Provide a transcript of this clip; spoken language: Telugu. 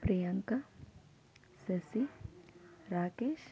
ప్రియాంక శశి రాకేష్